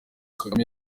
kagame